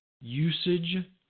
Usage